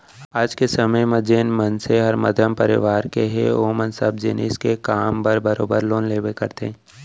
आज के समे म जेन मनसे हर मध्यम परवार के हे ओमन सब जिनिस के काम बर बरोबर लोन लेबे करथे